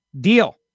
deal